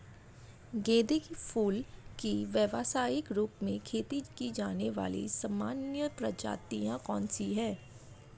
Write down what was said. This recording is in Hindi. गेंदे के फूल की व्यवसायिक रूप से खेती की जाने वाली सामान्य प्रजातियां कौन सी है?